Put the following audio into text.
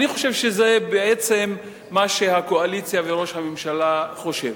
אני חושב שזה בעצם מה שהקואליציה וראש הממשלה חושבים.